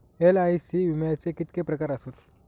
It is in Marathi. एल.आय.सी विम्याचे किती प्रकार आसत?